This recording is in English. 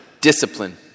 discipline